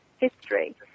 history